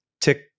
Tick